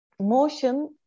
motion